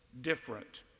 different